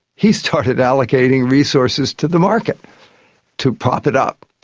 he started allocating resources to the market to prop it up.